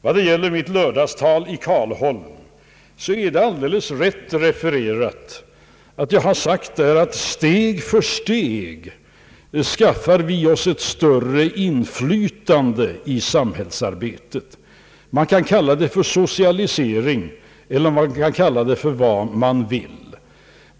Vad gäller mitt lördagstal i Karlholm är det alldeles rätt refererat att jag där har sagt att vi steg för steg skaffar oss ett större inflytande i samhällsarbetet. Man kan kalla det för socialisering eller vad man vill.